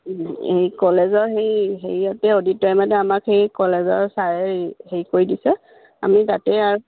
এই কলেজৰ সেই হেৰিয়তে অডিটৰিয়ামতে আমাক সেই কলেজৰ ছাৰে হেৰি কৰি দিছে আমি তাতে আৰু